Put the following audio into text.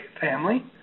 family